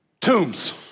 Tombs